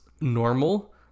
normal